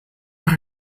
por